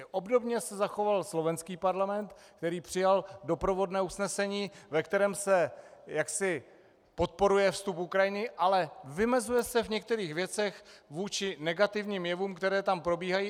Obdobně se zachoval slovenský Parlament, který přijal doprovodné usnesení, ve kterém se podporuje vstup Ukrajiny, ale vymezuje se v některých věcech vůči negativním jevům, které tam probíhají.